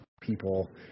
people